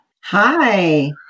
Hi